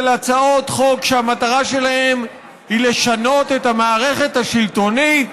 הצעות חוק שהמטרה שלהן היא לשנות את המערכת השלטונית,